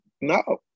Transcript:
no